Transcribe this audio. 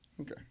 Okay